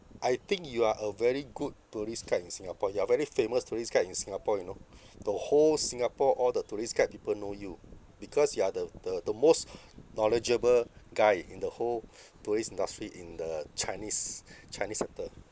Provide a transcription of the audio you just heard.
I think you are a very good tourist guide in singapore you are very famous tourist guide in singapore you know the whole singapore all the tourist guide people know you because you are the the the most knowledgeable guy in the whole tourist industry in the chinese chinese sector